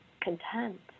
content